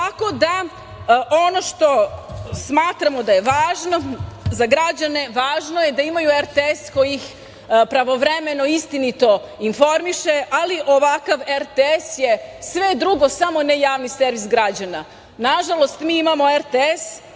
odgovornosti. Ono što smatramo da je važno za građane, važno je da imaju RTS koji ih pravovremeno, istinito informiše, ali ovakav RTS je sve drugo samo ne javni servis građana. Nažalost, mi imamo RTS